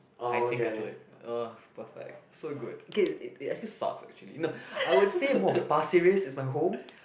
Hai-Sing-Catholic ugh perfect so good okay it it it actually sucks eh actually no I would say more of Pasir-Ris is my home